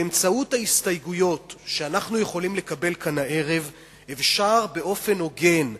באמצעות ההסתייגויות שאנחנו יכולים לקבל כאן הערב אפשר באופן הוגן,